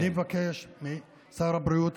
אני אבקש משר הבריאות,